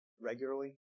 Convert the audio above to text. regularly